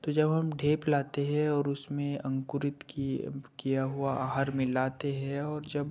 तो जब हम ढेप लाते हैं और उसमें अंकुरित किए किया हुआ आहार मिलाते हैं और जब